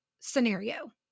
scenario